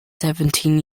seventeen